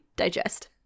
digest